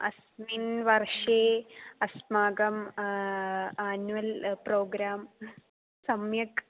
अस्मिन् वर्षे अस्माकं आन्वल् प्रोग्राम् सम्यक्